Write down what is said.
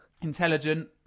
Intelligent